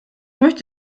möchte